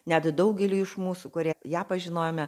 net daugeliui iš mūsų kurie ją pažinojome